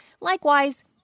Likewise